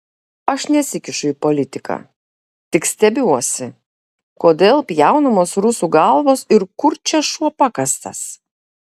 aš nesikišu į politiką tik stebiuosi kodėl pjaunamos rusų galvos ir kur čia šuo pakastas